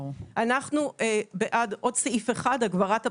אנחנו בעד עוד סעיף אחד, הגברת הפיקוח.